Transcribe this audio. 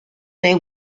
they